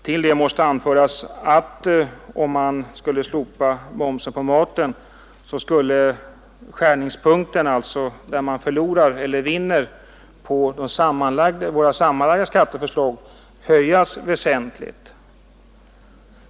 Mot det måste anföras att om man skulle slopa momsen på maten skulle skärningspunkten — där man alltså förlorar eller vinner på våra sammanlagda skatteförslag — höjas väsentligt.